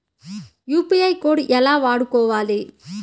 UPI code ఎలా వాడుకోవాలి?